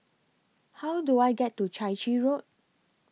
How Do I get to Chai Chee Road